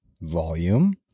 Volume